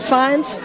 Science